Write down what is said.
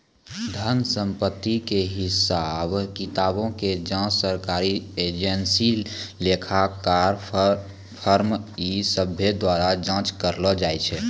धन संपत्ति के हिसाब किताबो के जांच सरकारी एजेंसी, लेखाकार, फर्म इ सभ्भे द्वारा जांच करलो जाय छै